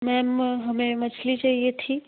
ma'am हमें मछली चाहिए थी